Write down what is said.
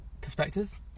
perspective